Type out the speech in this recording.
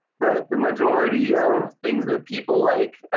but the majority of things that people like,